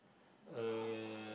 uh